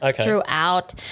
throughout